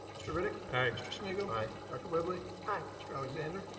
mr. riddick. aye. mr. smigiel. um aye. dr. whibley. aye. mr. alexander.